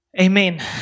Amen